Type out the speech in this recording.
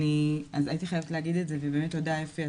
אז הייתי חייבת להגיד את זה ובאמת תודה אפי,